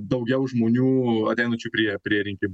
daugiau žmonių ateinančių prie prie rinkimų